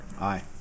Aye